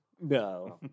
No